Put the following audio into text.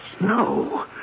No